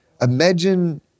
imagine